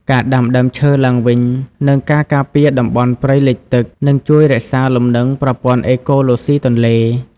ការដាំដើមឈើឡើងវិញ និងការការពារតំបន់ព្រៃលិចទឹក នឹងជួយរក្សាលំនឹងប្រព័ន្ធអេកូឡូស៊ីទន្លេ។